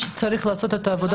שוב, עוד לא הקמנו את הצוות.